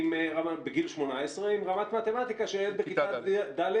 בגיל 18 עם רמת מתמטיקה של ילד בכיתה ד',